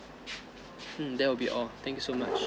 mm that will be all thank you so much